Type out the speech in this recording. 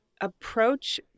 approach